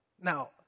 Now